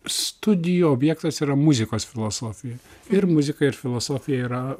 studijų objektas yra muzikos filosofija ir muzika ir filosofija yra